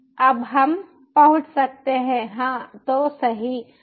अब हम पहुंच सकते हैं हां तो सही है